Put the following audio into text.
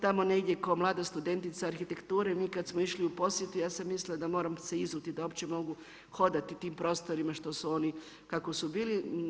Tamo negdje kao mlada studentica arhitekture mi kad smo išli u posjetu ja sam mislila da moram se izuti da uopće mogu hodati tim prostorima kako su bili.